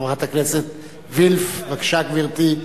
חברת הכנסת וילף, בבקשה, גברתי.